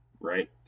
Right